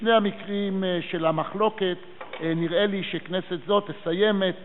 בשני המקרים של המחלוקת נראה לי שכנסת זאת תסיים את